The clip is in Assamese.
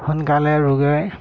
সোনকালে ৰোগে